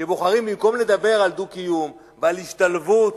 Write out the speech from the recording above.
שבוחרים במקום לדבר על דו-קיום ועל השתלבות